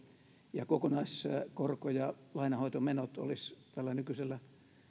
ja kokonaiskorko ja lainanhoitomenot olisivat tällä nykyisellä